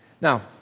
Now